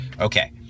Okay